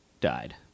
died